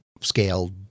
scaled